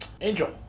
Angel